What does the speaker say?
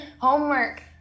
homework